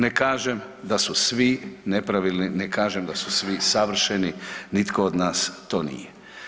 Ne kažem da su svi nepravilni, ne kažem da su svi savršeni, nitko od nas to nije.